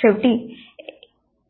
शेवटी